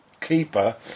keeper